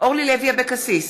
אורלי לוי אבקסיס,